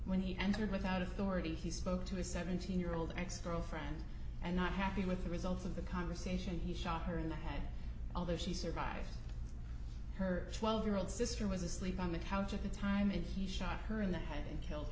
when he entered without authority he spoke to his seventeen year old ex girlfriend and not happy with the results of the conversation he shot her in the head although she survived her twelve year old sister was asleep on the couch at the time and he shot her in the head and killed